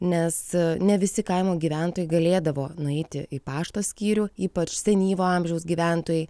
nes ne visi kaimo gyventojai galėdavo nueiti į pašto skyrių ypač senyvo amžiaus gyventojai